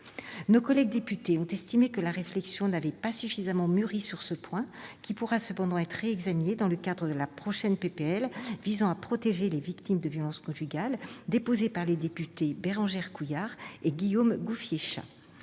Nos collègues députés ont estimé que la réflexion n'avait pas suffisamment mûri sur ce point, qui pourra cependant être réexaminé dans le cadre de la prochaine proposition de loi visant à protéger les victimes de violences conjugales, déposée par les députés Bérengère Couillard et Guillaume Gouffier-Cha.